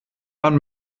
man